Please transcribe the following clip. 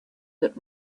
that